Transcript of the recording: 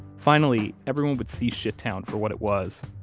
finally everyone would see shittown for what it was.